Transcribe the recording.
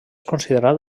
considerat